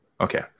Okay